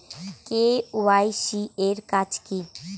KYC এর কাজ কি?